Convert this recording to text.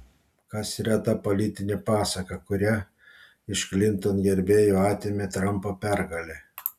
kas yra ta politinė pasaka kurią iš klinton gerbėjų atėmė trampo pergalė